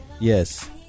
Yes